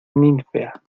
ninfea